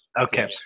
Okay